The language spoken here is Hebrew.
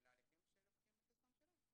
אלה הליכים שלוקחים את הזמן שלהם.